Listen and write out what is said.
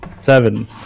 seven